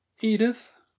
Edith